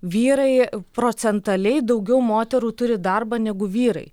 vyrai procentaliai daugiau moterų turi darbą negu vyrai